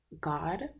God